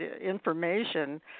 information